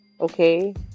Okay